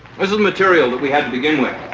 this is material that we had to begin with.